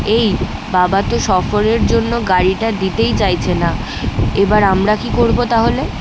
এই বাবা তো সফরের জন্য গাড়িটা দিতেই চাইছে না এবার আমরা কী করবো তাহলে